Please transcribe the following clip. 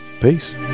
Peace